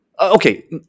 Okay